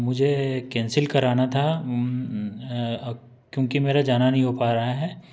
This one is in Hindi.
मुझे कैंसिल कराना था क्योंकि मेरा जाना नहीं हो पा रहा है